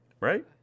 Right